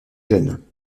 jeune